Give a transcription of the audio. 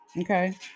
okay